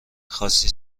خواستی